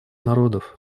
народов